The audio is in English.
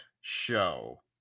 show